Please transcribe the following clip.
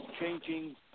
changing